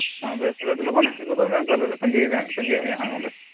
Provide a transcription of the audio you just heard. ᱵᱮᱥ ᱛᱟᱦᱞᱮ ᱟᱹᱰᱤ ᱞᱚᱜᱚᱱ ᱦᱮᱡ ᱜᱚᱫᱚᱜ ᱢᱮ ᱛᱟᱹᱜᱤ ᱛᱟᱹᱜᱤᱭᱮᱜ ᱢᱮᱭᱟᱞᱮ ᱱᱚᱰᱮ